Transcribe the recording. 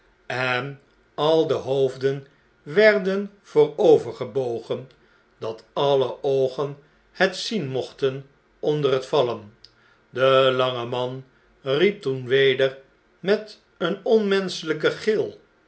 en al de hoofden werden voorovergebogen dat alle oogen het zien mochten onder het vallen de lange man riep toen weder met een onmenschelijke gil